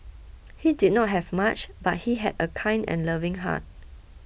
he did not have much but he had a kind and loving heart